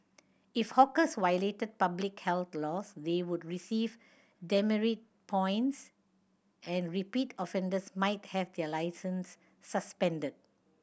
if hawkers violated public health laws they would receive demerit points and repeat offenders might have their licence suspended